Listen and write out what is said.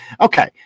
okay